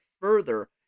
further